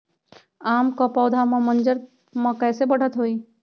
आम क पौधा म मजर म कैसे बढ़त होई?